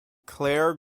clare